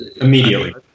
Immediately